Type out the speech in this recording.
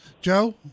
Joe